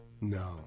No